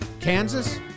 Kansas